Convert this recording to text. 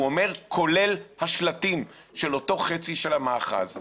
אומר כולל השלטים של אותו חצי של המאחז.